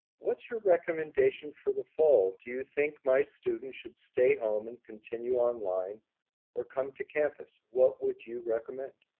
what's your recommendation for the fall? do you think my student should stay home and continue online or come to campus? what would you recommend?